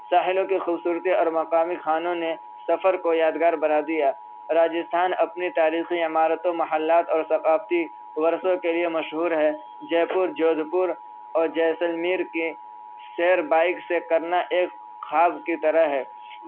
ساحلوں کی خوبصورتی اور مقامی کھانوں نے سفر کو یادگار بنا دیا راجستھان اپنی تاریخی عمارت و محلّات اور ثقافتی ورثوں کے لیے مشہور ہے جےپور جودھپور اور جیسلمیر کی سیر بائک سے کرنا ایک خواب کی طرح ہے